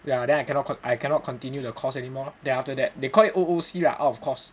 ya then I cannot I cannot continue the course anymore lor then after that they call it O_O_C lah out of course